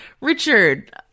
Richard